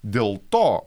dėl to